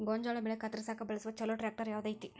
ಗೋಂಜಾಳ ಬೆಳೆ ಕತ್ರಸಾಕ್ ಬಳಸುವ ಛಲೋ ಟ್ರ್ಯಾಕ್ಟರ್ ಯಾವ್ದ್ ಐತಿ?